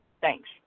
Thanks